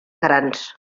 grans